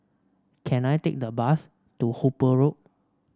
can I take a bus to Hooper Road